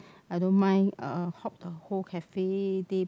I don't mind uh hop the whole cafe day